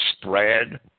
spread